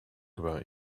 about